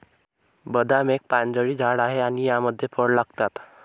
बदाम एक पानझडी झाड आहे आणि यामध्ये फळ लागतात